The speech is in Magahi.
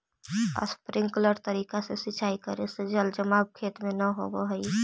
स्प्रिंकलर तरीका से सिंचाई करे से जल जमाव खेत में न होवऽ हइ